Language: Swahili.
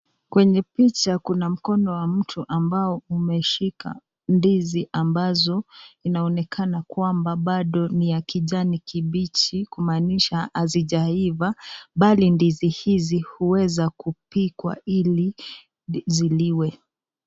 Kwenye picha kuna mkono wa mtu ambao umeshika ndizi ambazo inaonekana kwamba bado ni ya kijani kibichi kumaanisha hazijaiva, bali ndizi hizi huweza kupikwa ili ziliwe.